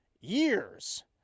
years